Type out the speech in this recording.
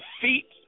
feet